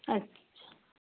اچھا